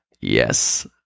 yes